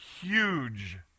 huge